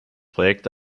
projekt